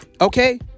Okay